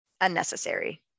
unnecessary